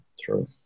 True